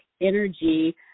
energy